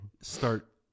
start